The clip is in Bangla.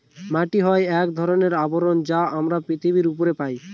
মাটি হয় এক ধরনের আবরণ যা আমরা পৃথিবীর উপরে পায়